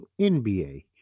NBA